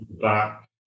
back